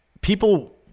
people